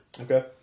Okay